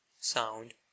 sound